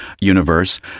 universe